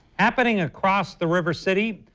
happening across the river city,